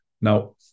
Now